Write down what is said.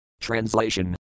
Translation